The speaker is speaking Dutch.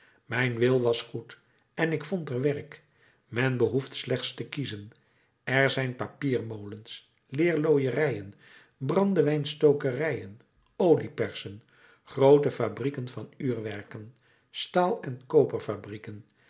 mijn wil was goed en ik vond er werk men behoeft slechts te kiezen er zijn papiermolens leerlooierijen brandewijnstokerijen oliepersen groote fabrieken van uurwerken staal en